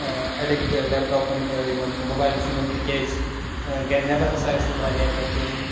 addict لٮ۪پٹاپَن تہٕ یِمَن موبایل فونَن تِکیٛازِ گَرِ نٮ۪بَر ہَسا ٲسۍ نہٕ دِوان نیرنہٕ کِہیٖنۍ